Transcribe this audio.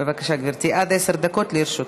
בבקשה, גברתי, עד עשר דקות לרשותך.